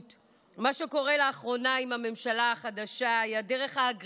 מה שקורה לאחרונה עם הממשלה החדשה הוא הדרך האגרסיבית